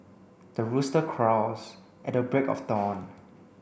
the rooster crows at the break of dawn